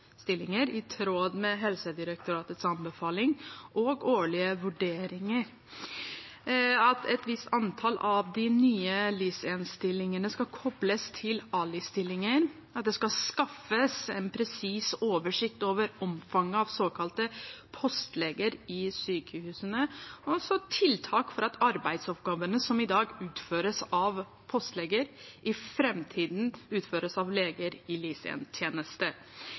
stillinger, i tråd med Helsedirektoratets anbefaling, og årlige vurderinger at et visst antall av de nye LIS1-stillingene skal kobles til ALIS-stillinger at det skal skaffes en presis oversikt over omfanget av såkalte postleger i sykehusene, og å få tiltak for at arbeidsoppgavene som i dag utføres av postleger, i framtiden utføres av leger i